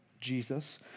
Jesus